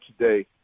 today